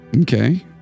okay